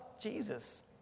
Jesus